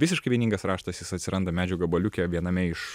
visiškai vieningas raštas jis atsiranda medžio gabaliuke viename iš